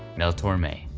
mel torme.